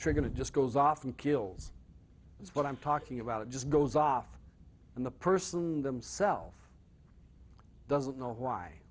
trigger to just goes off and kills that's what i'm talking about it just goes off and the person themself doesn't know why